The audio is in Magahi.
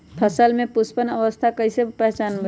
फसल में पुष्पन अवस्था कईसे पहचान बई?